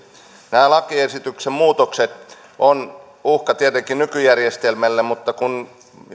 nämä lakiesityksen muutokset ovat uhka tietenkin nykyjärjestelmälle mutta kun